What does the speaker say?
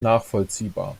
nachvollziehbar